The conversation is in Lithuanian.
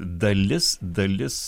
dalis dalis